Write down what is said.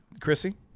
Chrissy